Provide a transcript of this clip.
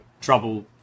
trouble